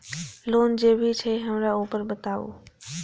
Loan जे भी छे हमरा ऊपर बताबू?